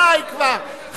די כבר.